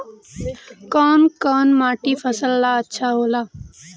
कौन कौनमाटी फसल ला अच्छा होला?